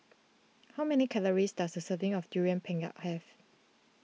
how many calories does a serving of Durian Pengat have